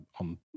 on